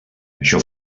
això